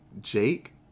jake